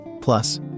Plus